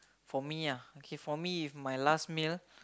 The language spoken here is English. for me ah okay for me if my last meal